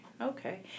Okay